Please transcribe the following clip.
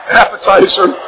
appetizer